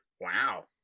Wow